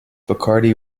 bacardi